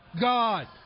God